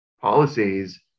policies